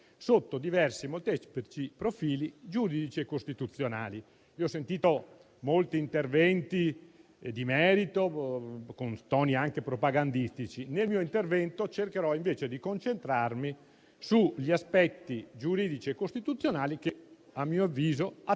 sotto diversi e molteplici profili giuridici e costituzionali. Ho sentito molti interventi di merito, con toni anche propagandistici. Nel mio intervento cercherò invece di concentrarmi sugli aspetti giuridici e costituzionali che - a mio avviso - attengono